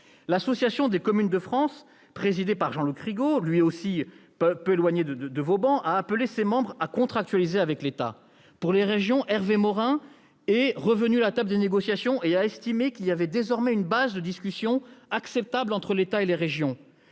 L'Assemblée des communautés de France, présidée par Jean-Luc Rigaut, lui aussi peu éloigné de vos travées, a appelé ses membres à contractualiser avec l'État. Pour les régions, Hervé Morin est revenu à la table des négociations et a estimé qu'il y avait désormais une base de discussion acceptable entre l'État et les régions.